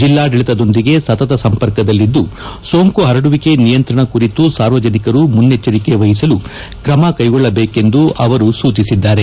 ಜಿಲ್ಲಾಡಳಿತದೊಂದಿಗೆ ಸತತ ಸಂಪರ್ಕದಲ್ಲಿದ್ದು ಸೋಂಕು ಹರಡುವಿಕೆ ನಿಯಂತ್ರಣ ಕುರಿತು ಸಾರ್ವಜನಿಕರು ಮುನ್ನೆಚ್ಚರಿಕೆ ವಹಿಸಲು ಕ್ರಮ ಕೈಗೊಳ್ಟಬೇಕೆಂದು ಸೂಚಿಸಿದ್ದಾರೆ